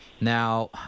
Now